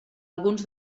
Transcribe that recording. alguns